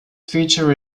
feature